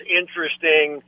interesting